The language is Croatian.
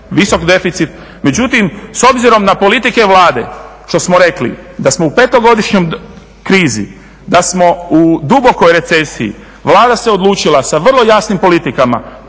visok deficit. Međutim, s obzirom na politike Vlade što smo rekli da smo u 5-godišnjoj krizi, da smo u dubokoj recesiji, Vlada se odlučila sa vrlo jasnim politikama